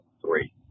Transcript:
three